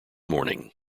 morning